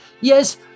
Yes